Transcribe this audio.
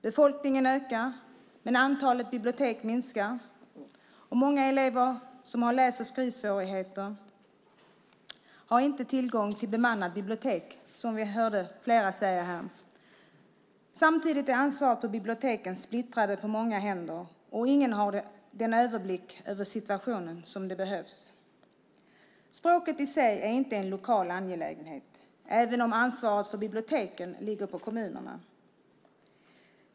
Befolkningen ökar, men antalet bibliotek minskar. Många elever som har läs och skrivsvårigheter har inte tillgång till ett bemannat bibliotek, som vi har hört flera säga. Samtidigt är ansvaret för biblioteken splittrat på många händer. Ingen har den överblick över situationen som behövs. Språket i sig är inte en lokal angelägenhet, även om ansvaret för biblioteken ligger på kommunerna.